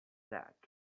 that